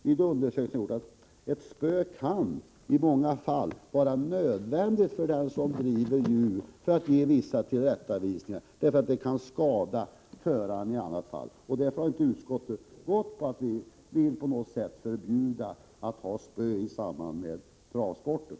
För den som driver djur kan bruk av spö i många fall vara nödvändigt för att ge vissa tillrättavisningar. I annat fall kan föraren kanske skadas. Utskottet har därför gått på linjen att inte förbjuda användandet av spö inom travsporten.